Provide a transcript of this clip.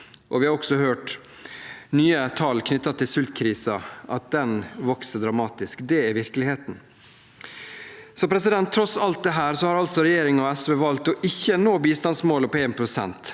Vi har også hørt nye tall knyttet til sultkrisen – at den vokser dramatisk. Det er virkeligheten. Tross alt dette har altså regjeringen og SV valgt å ikke nå bistandsmålet på 1